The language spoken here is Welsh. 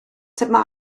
dyma